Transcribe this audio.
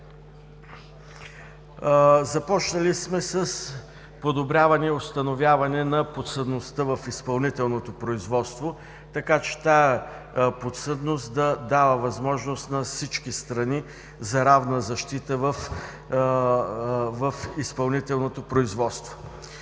Започнали сме с подобряване и установяване на подсъдността в изпълнителното производство, така че тази подсъдност да дава възможност на всички страни за равна защита в изпълнителното производство.